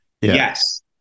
yes